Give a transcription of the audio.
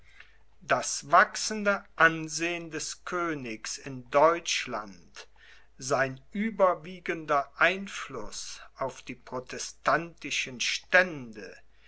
das wachsende ansehen des königs in deutschland sein überwiegender einfluß auf die protestantischen stände